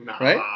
Right